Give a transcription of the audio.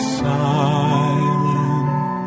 silent